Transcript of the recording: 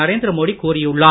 நரேந்திர மோடி கூறியுள்ளார்